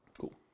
Cool